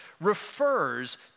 refers